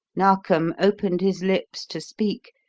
narkom opened his lips to speak,